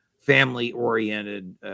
family-oriented